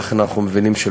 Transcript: אנחנו עובדים מאוד קשה,